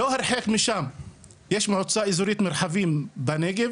לא הרחק משם יש מועצה אזורית מרחבים בנגב